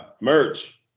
Merch